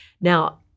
Now